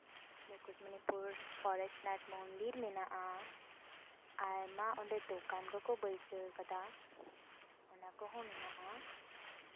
ᱢᱩᱠᱩᱴᱢᱚᱱᱤᱯᱩᱨ ᱯᱚᱨᱮᱥᱱᱟᱛᱷ ᱢᱚᱱᱫᱤᱨ ᱢᱮᱱᱟᱜᱼᱟ ᱟᱭᱢᱟ ᱚᱸᱰᱮ ᱫᱚᱠᱟᱱ ᱠᱚᱠᱚ ᱵᱟᱹᱭᱥᱟᱹᱣ ᱠᱟᱫᱟ ᱚᱱᱟ ᱠᱚᱦᱚᱸ ᱢᱮᱱᱟᱜᱼᱟ